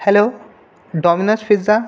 hello Domino's pizza